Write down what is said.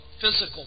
physical